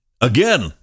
Again